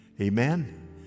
Amen